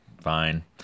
fine